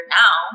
now